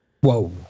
Whoa